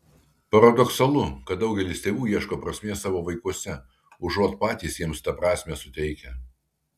paradoksalu kad daugelis tėvų ieško prasmės savo vaikuose užuot patys jiems tą prasmę suteikę